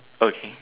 okay